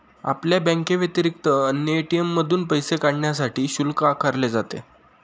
आपल्या बँकेव्यतिरिक्त अन्य ए.टी.एम मधून पैसे काढण्यासाठी शुल्क आकारले जाते